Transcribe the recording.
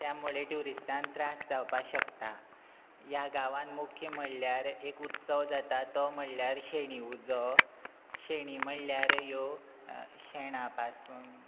त्या मुळे ट्युरिस्टान त्रास जावपाक शकता ह्या गांवान मुख्य म्हणल्यार एक उत्सव जाता तो म्हणल्यार शेणी उजो शेणी म्हणल्यार ह्यो शेणा पासून